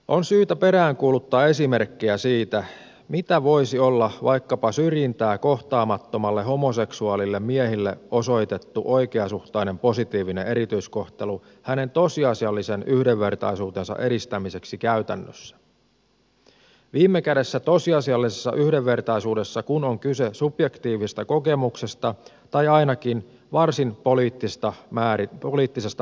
on syytä peräänkuuluttaa esimerkkejä siitä mitä voisi olla vaikkapa syrjintää kohtaamattomalle homoseksuaalille miehelle osoitettu oikeasuhtainen positiivinen erityiskohtelu hänen tosiasiallisen yhdenvertaisuutensa edistämiseksi käytännössä viime kädessä kun tosiasiallisessa yhdenvertaisuudessa on kyse subjektiivisesta kokemuksesta tai ainakin varsin poliittisesta määritelmästä